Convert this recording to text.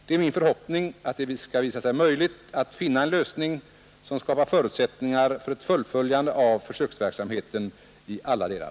Det är min förhoppning att det skall visa sig möjligt att finna en lösning som skapar förutsättningar för ett fullföljande av försöksverksamheten i alla delar.